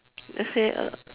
just say uh